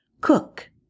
cook